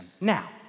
Now